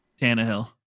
Tannehill